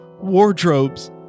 wardrobes